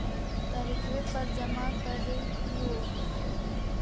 तरिखवे पर जमा करहिओ?